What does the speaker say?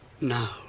now